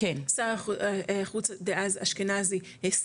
שר החוץ דאז אשכנזי,